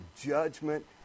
judgment